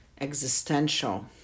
existential